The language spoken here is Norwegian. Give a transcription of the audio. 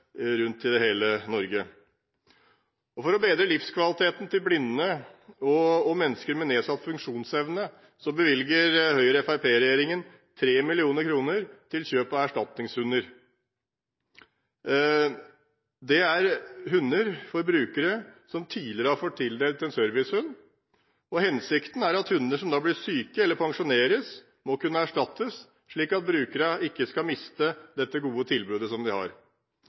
rundt i hele Norge. For å bedre livskvaliteten til blinde og mennesker med nedsatt funksjonsevne, bevilger Høyre–Fremskrittsparti-regjeringen 3 mill. kr til kjøp av erstatningshunder. Det er hunder for brukere som tidligere har fått tildelt en servicehund, og hensikten er at hunder som blir syke eller pensjoneres, må kunne erstattes, slik at brukerne ikke skal miste dette gode tilbudet de har.